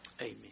Amen